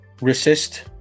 resist